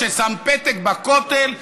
ששם פתק בכותל,